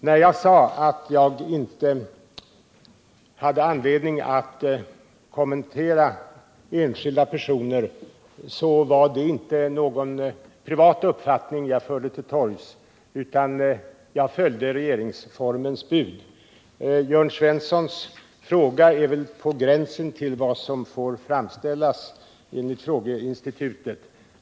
När jag sade att jag inte hade anledning att kommentera enskilda personers förehavanden, var detta inte någon privat uppfattning som jag förde till torgs, utan jag följde regeringsformens bud. Jörn Svenssons fråga torde vara på gränsen till vad som får framställas enligt frågeinstitutet.